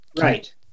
Right